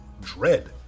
dread